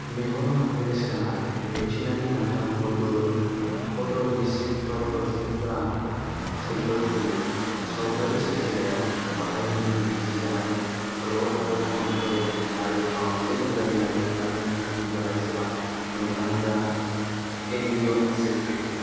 मेगनाव हाबफैनाय सोराङा रेटिनानि मोनथाम गुबुन गुबुन पटरिसिप्टरजों फोरा सोग्दावफैयो सावगारि सोरजिनायाव बाहायजानाय मोन्थिजानाय रड आरो कनफोर आरो बांसिनै गोदानै नागिरनानै दिहुनजानाय सोरां मोनदांग्रा गेंलियन जिबख्रि